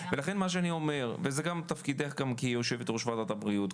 ולכן מה שאני אומר וזה גם תפקידך גם כיושבת-ראש ועדת הבריאות,